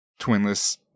Twinless